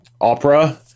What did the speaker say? opera